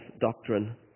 doctrine